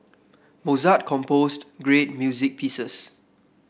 Mozart composed great music pieces